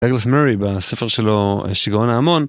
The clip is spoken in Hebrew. דאגלס מורי בספר שלו, שיגעון ההמון